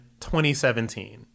2017